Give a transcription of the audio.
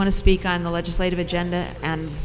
want to speak on the legislative agenda and